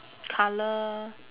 colour